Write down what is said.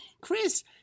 Chris